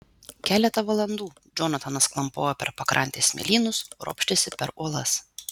keletą valandų džonatanas klampojo per pakrantės smėlynus ropštėsi per uolas